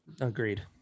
Agreed